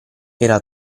era